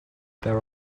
there